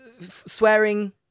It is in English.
Swearing